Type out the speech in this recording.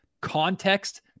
context